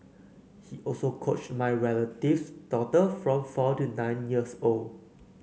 he also coached my relative's daughter from four to nine years old